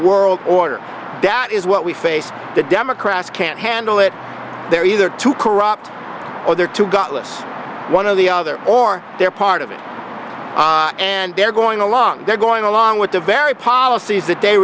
world order that is what we face the democrats can't handle it they're either too corrupt or they're too gutless one of the other or they're part of it and they're going along they're going along with the very policies that they